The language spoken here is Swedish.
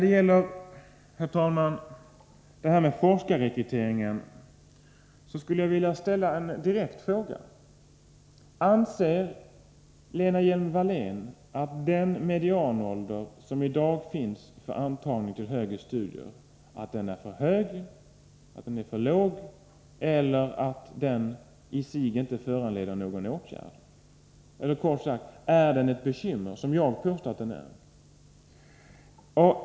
Beträffande forskningsrekryteringen skulle jag vilja ställa en fråga: Anser Lena Hjelm-Wallén att den medianålder som i dag finns för antagning till högre studier är för hög, att den är för låg eller att den i sig inte föranleder någon åtgärd? Kort sagt: Är den ett bekymmer, vilket jag påstår att den är?